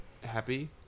happy